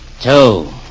two